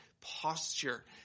posture